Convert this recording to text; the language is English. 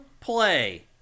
play